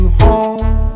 home